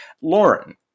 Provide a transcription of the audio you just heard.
Lauren